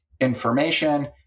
information